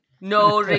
No